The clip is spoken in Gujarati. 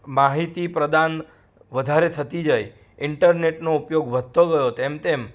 માહિતી પ્રદાન વધારે થતી જાય ઇન્ટરનેટનો ઉપયોગ વધતો ગયો તેમ તેમ